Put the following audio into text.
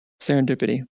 serendipity